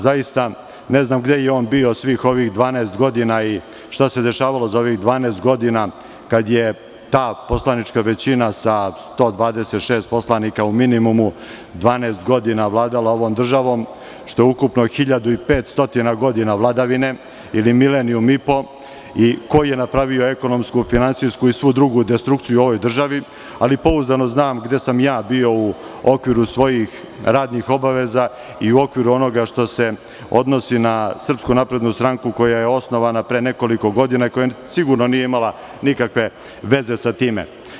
Zaista ne znam gde je on bio svih ovih 12 godina i šta se dešavalo za ovih 12 godina, kada je ta poslanička većina sa 126 poslanika u minimumu 12 godina vladala ovom državom, što je ukupno 1500 godina vladavine, ili milenijum i po, i ko je napravio ekonomsku, finansijsku i svu drugu destrukciju u ovoj državi, ali pouzdano znam gde sam ja bio u okviru svojih radnih obaveza i u okviru onoga što se odnosi na SNS koja je osnovana pre nekoliko godina, koja sigurno nije imala nikakve veze sa time.